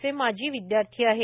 चे माजी विदयार्थी आहेत